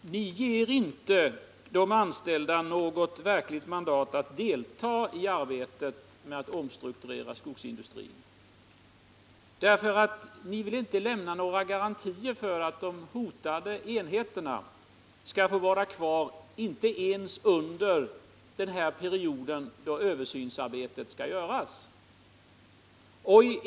Fru talman! Ni ger inte de anställda något verkligt mandat att delta i arbetet med att omstrukturera skogsindustrin. Ni vill ju inte lämna några garantier för att de hotade enheterna skall få vara kvar, inte ens för den period då översynsarbetet skall göras.